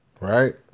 right